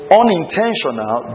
unintentional